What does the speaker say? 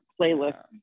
playlist